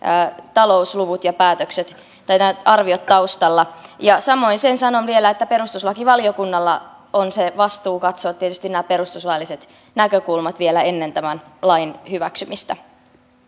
talousluvut ja nämä arviot taustalla samoin sen sanon vielä että perustuslakivaliokunnalla on tietysti se vastuu katsoa nämä perustuslailliset näkökulmat vielä ennen tämän lain hyväksymistä